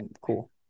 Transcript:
cool